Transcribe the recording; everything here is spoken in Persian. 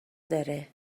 داره